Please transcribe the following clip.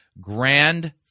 Grand